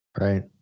Right